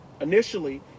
initially